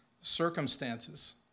circumstances